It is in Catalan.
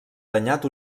danyat